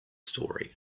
story